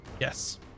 yes